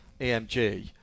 AMG